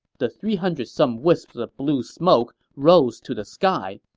the three hundred some wisps of blue smoke rose to the sky,